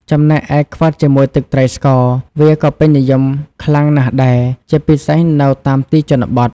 ចំណែកឯ ខ្វិតជាមួយទឹកត្រីស្ករវាក៏ពេញនិយមខ្លាំងណស់ដែរ ជាពិសេសនៅតាមទីជនបទ។